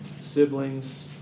siblings